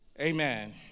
Amen